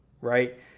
right